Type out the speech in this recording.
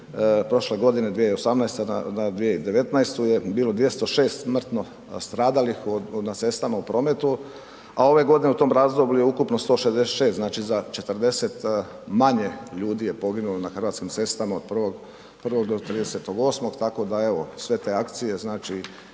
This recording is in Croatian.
prošle godine 2018. na 2019. je bilo 206 smrtno stradalih na cestama u prometu a ove godine u tom razdoblju je ukupno 166. znači za 40 manje ljudi je poginulo na hrvatskim cestama od 1.1. do 30.8.. Tako da evo sve te akcije znači